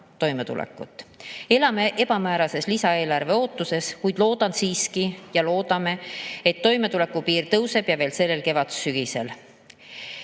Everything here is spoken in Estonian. toimetulekut. Elame ebamäärases lisaeelarve ootuses, kuid loodan siiski, ja loodame, et toimetulekutoetuse piir tõuseb veel sellel sügisel.